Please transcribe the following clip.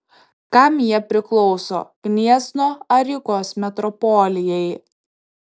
kam jie priklauso gniezno ar rygos metropolijai